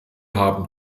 haben